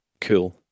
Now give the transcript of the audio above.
Cool